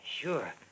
Sure